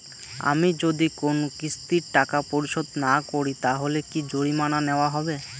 আমি যদি কোন কিস্তির টাকা পরিশোধ না করি তাহলে কি জরিমানা নেওয়া হবে?